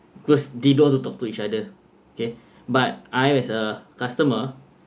because they both also talk to each other K but I was a customer